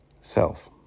self